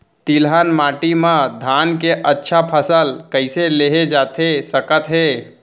तिलहन माटी मा धान के अच्छा फसल कइसे लेहे जाथे सकत हे?